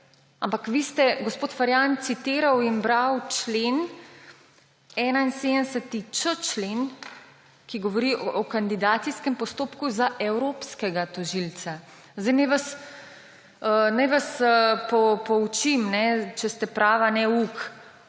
Ampak vi ste, gospod Ferjan, citirali in brali 71.č člen, ki govori o kandidacijskem postopku za evropskega tožilca. Naj vas poučim, če ste prava neuk,